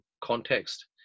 context